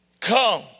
come